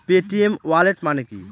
Paytm wallet মানে কি?